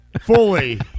fully